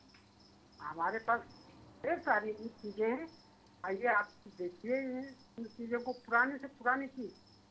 हमारे पास ढेर सारी चीज़ें हैं आइए आप देखिए इन चीज़ों को पुराने से पुरानी चीज़